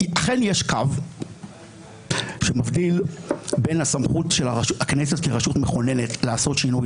אכן יש קו שמבדיל בין הסמכות של הכנסת כרשות מכוננת לעשות שינוי